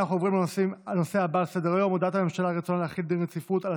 אני קובע כי הודעת הממשלה על רצונה להחיל דין רציפות אושרה,